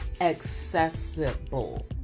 Accessible